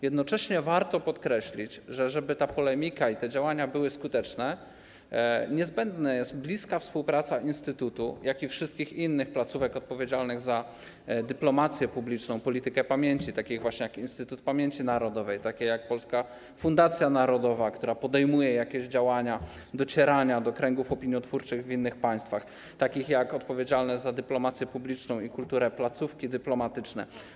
Jednocześnie warto podkreślić, że żeby polemika i działania były skuteczne, niezbędna jest bliska współpraca instytutu i wszystkich innych placówek odpowiedzialnych za dyplomację publiczną, politykę pamięci, takich właśnie jak Instytut Pamięci Narodowej, jak Polska Fundacja Narodowa, która podejmuje działania docierania do kręgów opiniotwórczych w innych państwach, takich jak odpowiedzialne za dyplomację publiczną i kulturę placówki dyplomatyczne.